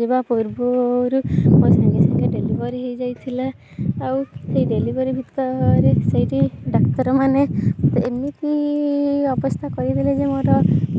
ଯିବା ପୂର୍ବୁରୁ ମୋର ସାଙ୍ଗେ ସାଙ୍ଗେ ଡେଲିଭରି ହେଇଯାଇଥିଲା ଆଉ ସେଇ ଡେଲିଭରି ଭିତରେ ସେଇଠି ଡାକ୍ତରମାନେ ମତେ ଏମିତି ଅବସ୍ଥା କରିଦେଲେ ଯେ ମୋର